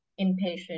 inpatient